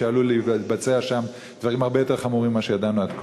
ועלולים להתבצע שם דברים הרבה יותר חמורים מאשר ידענו עד כה,